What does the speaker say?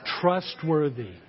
trustworthy